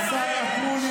השר אקוניס,